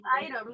Items